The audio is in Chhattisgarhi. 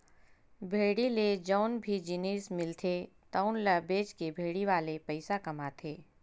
भेड़ी ले जउन भी जिनिस मिलथे तउन ल बेचके भेड़ी वाले पइसा कमाथे